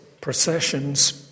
processions